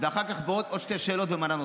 ואחר כך עוד שתי שאלות במנה נוספת.